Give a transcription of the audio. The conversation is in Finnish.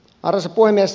arvoisa puhemies